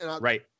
Right